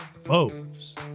Foes